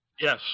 Yes